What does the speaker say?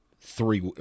three